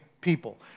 people